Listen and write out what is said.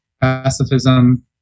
pacifism